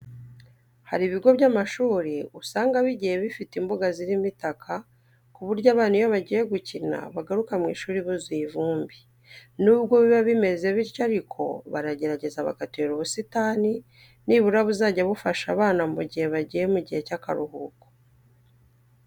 Hari ibigo by'amashuri usanga bigiye bifite imbuga zirimo itaka ku buryo abana iyo bagiye gukina bagaruka mu ishuri buzuye ivumbi. Nubwo biba bimeze bityo ariko baragerageza bagatera ubusitani nibura buzajya bufasha abana mu gihe bagiye mu gihe cy'akaruhuko.